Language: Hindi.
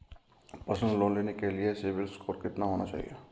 पर्सनल लोंन लेने के लिए सिबिल स्कोर कितना होना चाहिए?